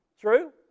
True